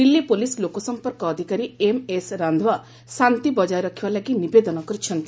Delhi police ଲୋକସଂପର୍କ ଅଧିକାରୀ MS Randhawa ଶାନ୍ତି ବଜାୟ ରଖିବା ଲାଗି ନିବେଦନ କରିଛନ୍ତି